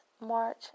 March